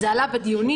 זה עלה בדיונים.